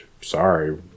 sorry